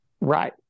right